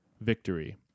victory